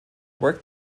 worked